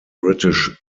british